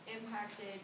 impacted